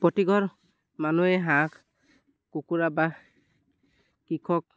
প্ৰতি ঘৰ মানুহেই হাঁহ কুকুৰা বা কৃষক